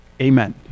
Amen